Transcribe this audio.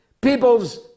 People's